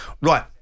Right